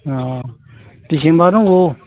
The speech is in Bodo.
अ दिसेम्बराव नांगौ